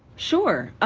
sure.